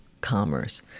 commerce